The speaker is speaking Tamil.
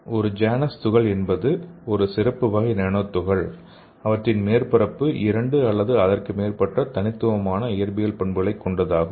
ஒரு ஜானஸ் துகள் என்பது ஒரு சிறப்பு வகை நானோ துகள்கள் அவற்றின் மேற்பரப்பு இரண்டு அல்லது அதற்கு மேற்பட்ட தனித்துவமான இயற்பியல் பண்புகளைக் கொண்டதாகும்